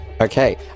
Okay